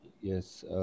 Yes